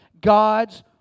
God's